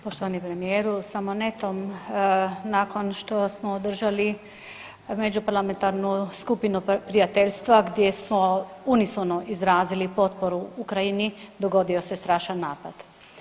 Poštovani premijeru samo netom nakon što smo održali međuparlamentarnu skupinu prijateljstva gdje smo unisono izrazili potporu Ukrajini dogodio se strašan napad.